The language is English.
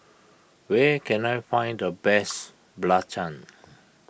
where can I find the best Belacan